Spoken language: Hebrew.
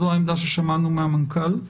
זאת העמדה ששמענו מהמנכ"ל.